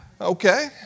Okay